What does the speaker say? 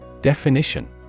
Definition